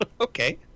Okay